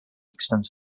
extends